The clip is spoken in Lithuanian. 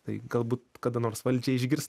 tai galbūt kada nors valdžia išgirs